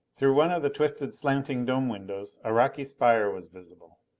through one of the twisted, slanting dome windows a rocky spire was visible.